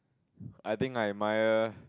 I think I admire